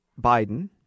Biden